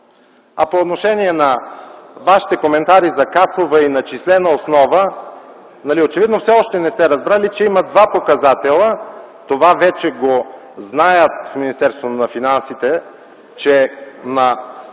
А по отношение на Вашите коментарии за касова и начислена основа, очевидно все още не сте разбрали, че има два показателя. Това вече го знаят в Министерството